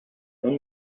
اون